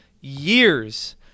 years